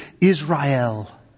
Israel